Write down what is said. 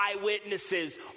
eyewitnesses